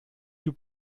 più